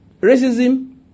Racism